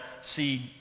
see